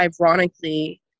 ironically